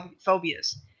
phobias